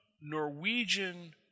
Norwegian